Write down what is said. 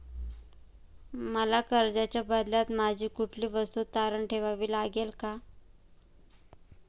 मला कर्जाच्या बदल्यात माझी कुठली वस्तू तारण ठेवावी लागेल का?